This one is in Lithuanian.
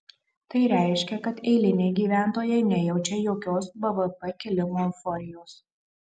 tai reiškia kad eiliniai gyventojai nejaučia jokios bvp kilimo euforijos